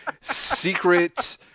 secret